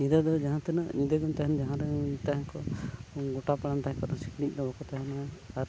ᱧᱤᱫᱟᱹ ᱫᱚ ᱡᱟᱦᱟᱸ ᱛᱤᱱᱟᱹᱜ ᱧᱤᱫᱟᱹᱜᱮᱢ ᱛᱟᱦᱮᱱ ᱡᱟᱦᱟᱸ ᱨᱮᱜᱮ ᱛᱟᱦᱮᱸ ᱠᱚᱜ ᱜᱚᱴᱟ ᱯᱟᱲᱟᱢ ᱛᱟᱦᱮᱱ ᱠᱷᱟᱡ ᱥᱤᱠᱬᱤᱡ ᱫᱚ ᱵᱟᱠᱚ ᱛᱟᱦᱮᱱᱟ ᱟᱨ